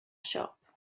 shop